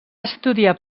estudiar